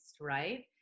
right